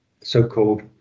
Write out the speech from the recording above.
so-called